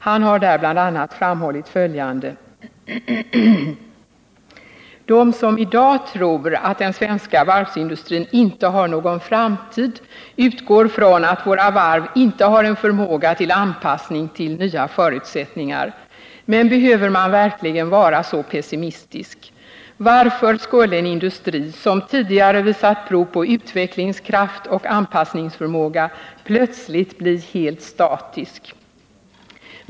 Han har där bl.a. framhållit följande: ”De som i dag tror att den svenska varvsindustrin inte har någon framtid utgår från att våra varv inte har en förmåga till anpassning till nya förutsättningar. Men behöver man verkligen vara så pessimistisk? Varför skulle en industri som tidigare visat prov på utvecklingskraft och anpassningsförmåga plötsligt bli helt statisk?